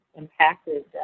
impacted